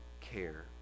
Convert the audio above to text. care